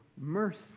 mercy